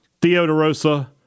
Theodorosa